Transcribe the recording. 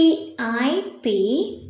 P-I-P